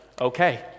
okay